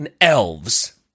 elves